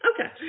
Okay